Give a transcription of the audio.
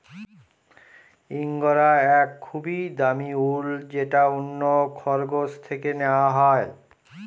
ইঙ্গরা এক খুবই দামি উল যেটা অন্য খরগোশ থেকে নেওয়া হয়